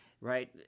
right